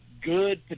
good